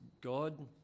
God